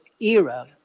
era